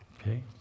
okay